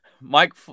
Mike